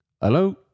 Hello